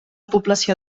població